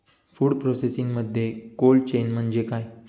Food प्रोसेसिंगमध्ये cold chain म्हणजे काय?